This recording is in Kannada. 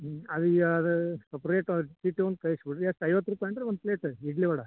ಹ್ಞೂ ಅದು ಸ್ವಲ್ಪ ರೇಟ್ ಚೀಟಿ ಒಂದು ಕಳ್ಸಿ ಕೊಡಿರಿ ಎಷ್ಟು ಐವತ್ತು ರೂಪಾಯಿ ಏನು ರೀ ಒಂದು ಪ್ಲೇಟ್ ಇಡ್ಲಿ ವಡೆ